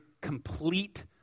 complete